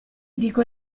dico